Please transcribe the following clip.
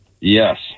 Yes